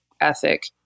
ethic